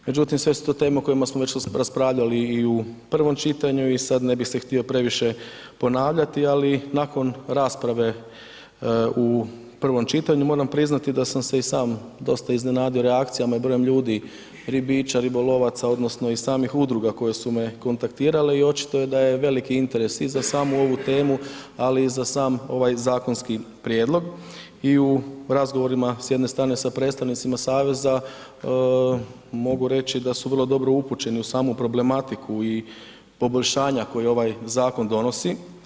Međutim, sve su to teme o kojima smo već raspravljali i u prvom čitanju i sad, ne bih se htio previše ponavljati, ali nakon rasprave u prvom čitanju moram priznat da sam se i sam dosta iznenadio reakcijama i brojem ljudi, ribiča, ribolovaca odnosno i samih udruga koje su me kontaktirale i očito da je veliki interes i za samu ovu temu, ali i za sam ovaj zakonski prijedlog i u razgovorima, s jedne strane sa predstavnicima saveza, mogu reći da su vrlo dobro upućeni u samu problematiku i poboljšanja koja ovaj zakon donosi.